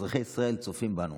אזרחי ישראל צופים בנו.